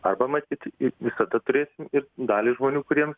arba matyt į visada turėsim ir dalį žmonių kuriems